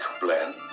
blend